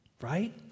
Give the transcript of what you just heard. right